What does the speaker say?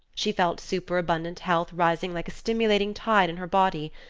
she felt super-abundant health rising like a stimulating tide in her body,